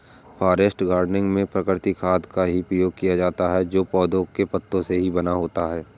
forest gardening में प्राकृतिक खाद का ही प्रयोग किया जाता है जो पौधों के पत्तों से ही बना होता है